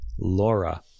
Laura